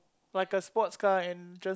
like a sport car and just